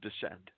descend